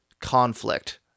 Conflict